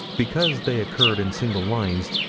because they occurred in single lines,